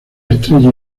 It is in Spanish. estrella